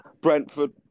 Brentford